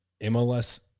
MLS